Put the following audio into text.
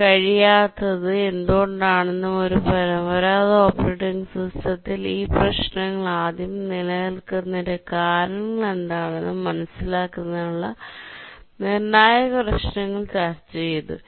കഴിയാത്തത് എന്തുകൊണ്ടാണെന്നും ഒരു പരമ്പരാഗത ഓപ്പറേറ്റിംഗ് സിസ്റ്റത്തിൽ ഈ പ്രശ്നങ്ങൾ ആദ്യം നിലനിൽക്കുന്നതിന്റെ കാരണങ്ങൾ എന്താണെന്നും മനസിലാക്കുന്നതിനുള്ള നിർണായക പ്രശ്നങ്ങൾ ഞങ്ങൾ ചർച്ചചെയ്തു